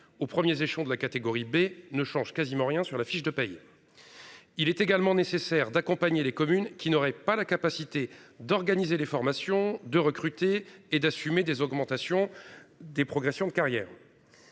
au 1er échelon de la catégorie B ne change quasiment rien sur la fiche de paye. Il est également nécessaire d'accompagner les communes qui n'auraient pas la capacité d'organiser des formations de recruter et d'assumer des augmentations des progressions de carrière.